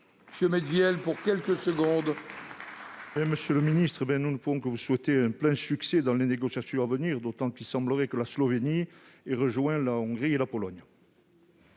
M. Pierre Médevielle, pour la réplique. Monsieur le secrétaire d'État, nous ne pouvons que vous souhaiter un plein succès dans les négociations à venir, d'autant qu'il semblerait que la Slovénie ait rejoint la Hongrie et la Pologne.